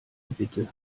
bitte